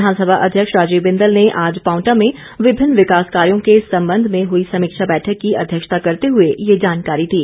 विधानसभा अध्यक्ष राजीव बिंदल ने आज पावंटा में विभिन्न विकास कार्यो के संबंध में हुई समीक्षा बैठक की अध्यक्षता करते हुए ये जानकारी दी